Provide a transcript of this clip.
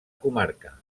comarca